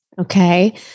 Okay